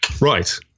Right